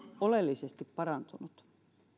oleellisesti parantunut